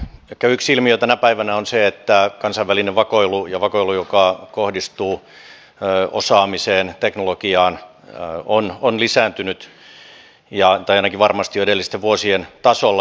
ehkä yksi ilmiö tänä päivänä on se että kansainvälinen vakoilu ja vakoilu joka kohdistuu osaamiseen teknologiaan on lisääntynyt tai on ainakin varmasti edellisten vuosien tasolla